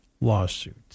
lawsuit